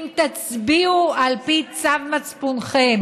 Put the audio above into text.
אם תצביעו על פי צו מצפונכם,